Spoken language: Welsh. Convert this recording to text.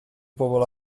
bobl